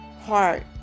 heart